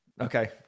Okay